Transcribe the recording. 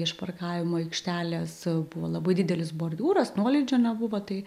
iš parkavimo aikštelės buvo labai didelis bordiūras nuolydžio nebuvo tai